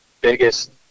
biggest